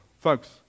folks